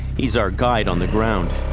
he's our guide on the ground.